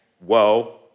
Whoa